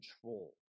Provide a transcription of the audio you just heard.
control